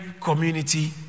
community